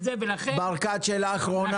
ברקת, שאלה אחרונה